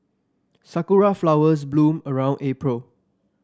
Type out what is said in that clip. sakura flowers bloom around April